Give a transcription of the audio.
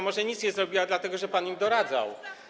Może nic nie zrobiła dlatego, że pan jej doradzał.